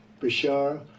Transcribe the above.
Bashar